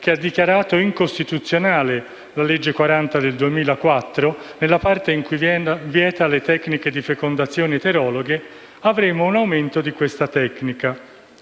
che ha dichiarato incostituzionale la legge n. 40 del 2004 nella parte in cui vieta le tecniche di fecondazione eterologhe, avremo un aumento di questa tecnica.